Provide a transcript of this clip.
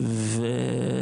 בפיו.